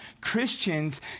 Christians